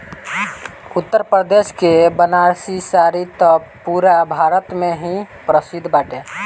उत्तरप्रदेश के बनारसी साड़ी त पुरा भारत में ही प्रसिद्ध बाटे